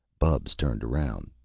bubs turned around.